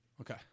Okay